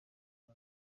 iki